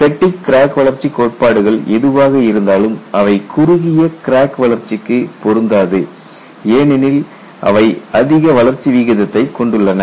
fatigue crack வளர்ச்சி கோட்பாடுகள் எதுவாக இருந்தாலும் அவை குறுகிய கிராக் வளர்ச்சிக்கு பொருந்தாது ஏனெனில் அவை அதிக வளர்ச்சி விகிதத்தைக் கொண்டுள்ளன